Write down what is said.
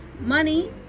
money